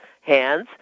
hands